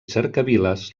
cercaviles